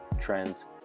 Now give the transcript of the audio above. trends